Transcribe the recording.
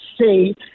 see